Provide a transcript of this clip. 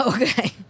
Okay